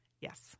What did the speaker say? Yes